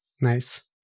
Nice